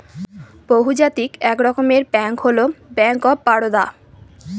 বহুজাতিক এক রকমের ব্যাঙ্ক হল ব্যাঙ্ক অফ বারদা